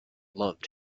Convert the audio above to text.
loved